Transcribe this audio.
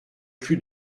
plus